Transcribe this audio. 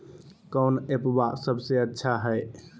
कौन एप्पबा सबसे अच्छा हय?